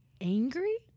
angry